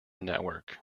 network